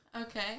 Okay